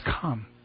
come